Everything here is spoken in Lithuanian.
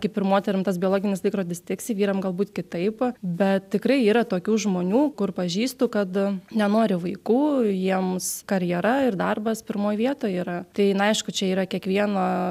kaip ir moterim tas biologinis laikrodis tiksi vyram galbūt kitaip bet tikrai yra tokių žmonių kur pažįstu kad nenori vaikų jiems karjera ir darbas pirmoj vietoj yra tai na aišku čia yra kiekvieno